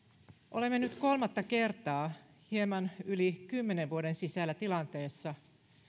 olemme nyt kolmatta kertaa hieman yli kymmenen vuoden sisällä tilanteessa